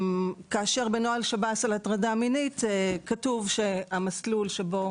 בנוהל שב"ס על הטרדה מינית כתוב שהמסלול שבו